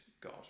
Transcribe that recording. God